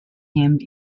named